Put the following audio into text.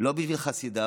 לא בשביל חסידיו